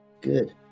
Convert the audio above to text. Good